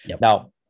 Now